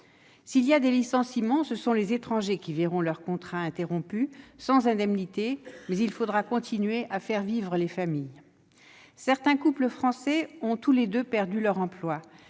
S'il y a des licenciements, ce sont les étrangers qui voient leurs contrats interrompus, sans indemnités ; ils doivent pourtant continuer de faire vivre leur famille. Les membres de certains couples français ont tous les deux perdu leur emploi.